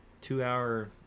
two-hour